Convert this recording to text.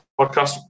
podcast